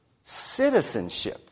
citizenship